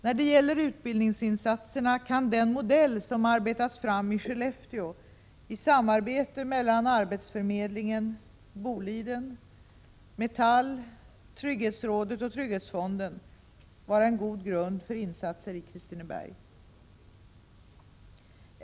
När det gäller utbildningsinsatserna kan den modell som arbetats fram i Skellefteå i samarbete mellan arbetsförmedlingen, Boliden, Metall, Trygghetsrådet och Trygghetsfonden vara en god grund för insatser i Kristineberg.